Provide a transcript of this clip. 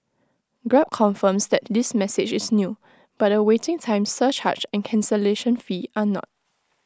grab confirms that this message is new but the waiting time surcharge and cancellation fee are not